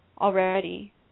already